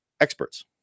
experts